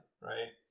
right